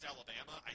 Alabama